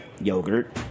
yogurt